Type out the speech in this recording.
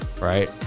right